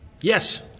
Yes